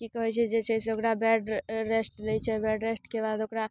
की कहै छै जे छै से ओकरा बेड रेस्ट दै छै बेड रेस्ट के बाद ओकरा